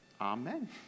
Amen